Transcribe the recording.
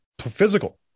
physical